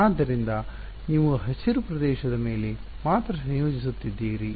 ಆದ್ದರಿಂದ ನೀವು ಈ ಹಸಿರು ಪ್ರದೇಶದ ಮೇಲೆ ಮಾತ್ರ ಸಂಯೋಜಿಸುತ್ತಿದ್ದೀರಿ